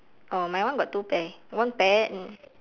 oh my one got two pair one pair